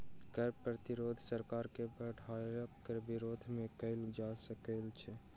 कर प्रतिरोध सरकार के बढ़ायल कर के विरोध मे कयल जा सकैत छै